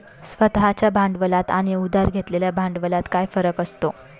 स्वतः च्या भांडवलात आणि उधार घेतलेल्या भांडवलात काय फरक असतो?